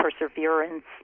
perseverance